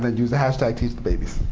then use the hashtag teachthebabies.